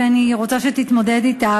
ואני רוצה שתתמודד אתה,